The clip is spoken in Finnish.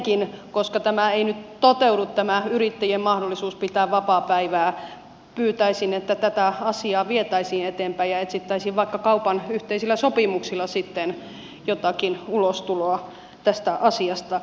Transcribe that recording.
edelleenkin koska tämä yrittäjien mahdollisuus pitää vapaapäivää ei nyt toteudu pyytäisin että tätä asiaa vietäisiin eteenpäin ja etsittäisiin vaikka kaupan yhteisillä sopimuksilla sitten jotakin ulostuloa tästä asiasta